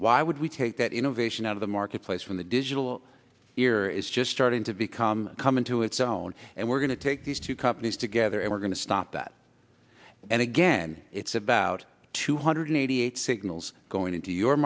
why would we take that innovation out of the marketplace from the digital era is just starting to become come into its own and we're going to take these two companies together and we're going to stop that and again it's about two hundred eighty eight signals going to your